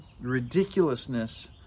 ridiculousness